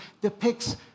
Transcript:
depicts